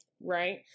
right